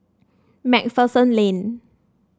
MacPherson Lane